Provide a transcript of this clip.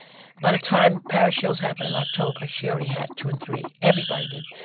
by the time paris shows happened in october, she already had two and three. everybody did.